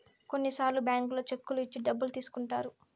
కొన్నిసార్లు బ్యాంకుల్లో చెక్కులు ఇచ్చి డబ్బులు తీసుకుంటారు